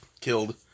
killed